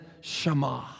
Shema